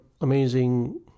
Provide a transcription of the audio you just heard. amazing